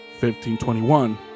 1521